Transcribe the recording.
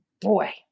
boy